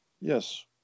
Yes